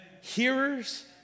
hearers